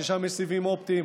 ששם יש סיבים אופטיים,